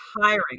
hiring